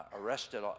arrested